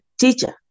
Teacher